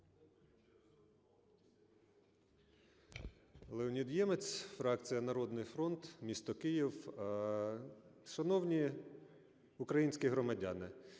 Леонід Ємець, фракція "Народний фронт", місто Київ. Шановні українські громадяни!